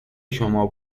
شما